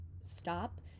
stop